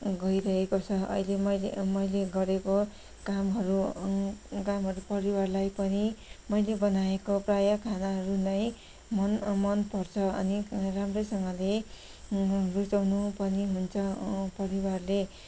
गइरहेको छ अहिले मैले मैले गरेको कामहरू कामहरू परिवारलाई पनि मैले बनाएको प्रायः खानाहरू नै मन मनपर्छ अनि राम्रैसँगले रुचाउनु पनि हुन्छ परिवारले